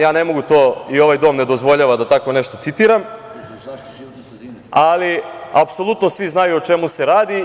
Ja ne mogu to i ovaj dom ne dozvoljava da tako nešto citiram, ali apsolutno svi znaju o čemu se radi.